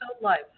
life